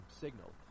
signal